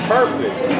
Perfect